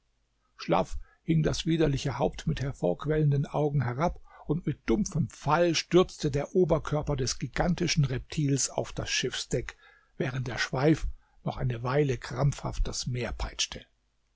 schlaff hing das widerliche haupt mit hervorquellenden augen herab und mit dumpfem fall stürzte der oberkörper des gigantischen reptils auf das schiffsdeck während der schweif noch eine weile krampfhaft das meer peitschte